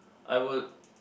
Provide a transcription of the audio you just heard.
I would